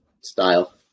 style